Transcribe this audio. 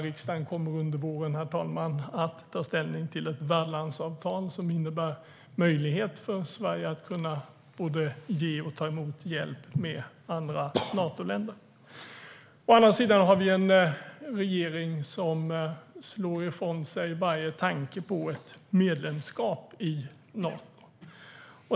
Riksdagen kommer under våren, herr talman, att ta ställning till ett värdlandsavtal, som innebär möjlighet för Sverige att både ge hjälp till och ta emot hjälp från andra Natoländer. Å andra sidan finns en regering som slår ifrån sig varje tanke på ett medlemskap i Nato.